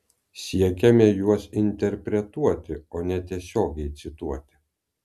siekiame juos interpretuoti o ne tiesiogiai cituoti